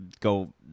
go –